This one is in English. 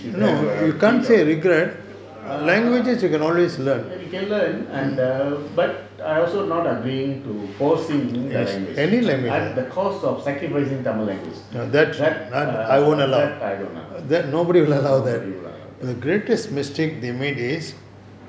you have a bit of err can learn I'm the but I also not agreeing to forcing the language at the cost of sacrificing tamil language that err that I don't want nobody will allow that